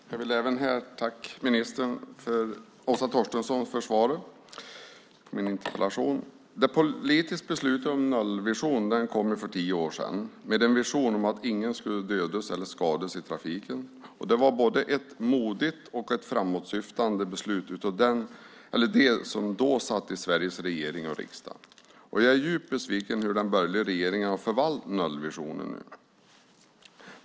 Fru talman! Jag vill även här tacka minister Åsa Torstensson för svaret på min interpellation. Det politiska beslutet om en nollvision kom för tio år sedan, med en vision om att ingen skulle dödas eller skadas i trafiken. Det var både ett modigt och ett framåtsyftande beslut av dem som då satt i Sveriges regering och riksdag. Jag är djupt besviken över hur den borgerliga regeringen har förvaltat nollvisionen.